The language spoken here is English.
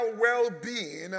well-being